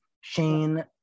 Shane